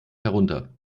herunter